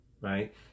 right